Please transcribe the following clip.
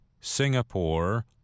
Singapore